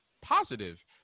positive